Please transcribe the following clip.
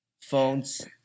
Phones